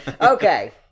Okay